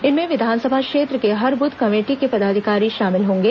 इसमें विधानसभा क्षेत्र के हर बूथ कमेटी के पदाधिकारी शामिल होंगे